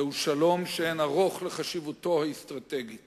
זהו שלום שאין ערוך לחשיבותו האסטרטגית